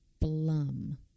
Blum